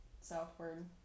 southward